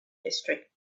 history